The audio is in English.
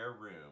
room